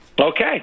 Okay